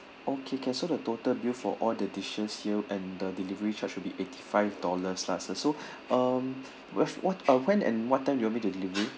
okay can so the total bill for all the dishes here and the delivery charge will be eighty-five dollars plus sir so um wha~ what uh when and what time do you want to me delivery